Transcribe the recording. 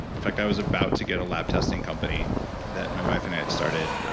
in fact i was about to get a lab testing company that my wife and i had started.